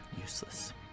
Useless